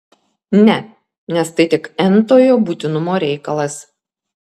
ne nes tai tik n tojo būtinumo reikalas